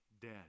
dead